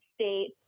States